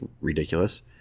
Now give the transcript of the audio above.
ridiculous